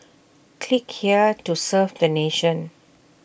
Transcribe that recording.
click here to serve the nation